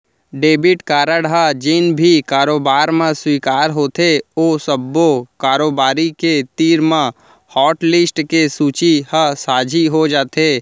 debit card ह जेन भी कारोबार म स्वीकार होथे ओ सब्बो कारोबारी के तीर म हाटलिस्ट के सूची ह साझी हो जाथे